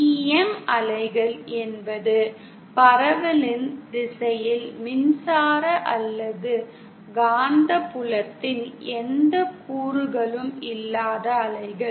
TEM அலைகள் என்பது பரவலின் திசையில் மின்சார அல்லது காந்தப்புலத்தின் எந்த கூறுகளும் இல்லாத அலைகள்